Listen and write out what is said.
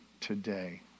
today